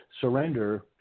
surrender